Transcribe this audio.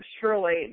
Surely